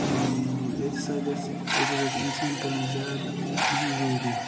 یِیٚتہِ ہَسا گَسہِ یِیٚتہِ ہَسا چھ اِنسان کَران زیاد مزوٗری